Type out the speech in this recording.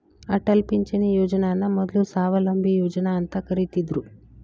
ಅಟಲ್ ಪಿಂಚಣಿ ಯೋಜನನ ಮೊದ್ಲು ಸ್ವಾವಲಂಬಿ ಯೋಜನಾ ಅಂತ ಕರಿತ್ತಿದ್ರು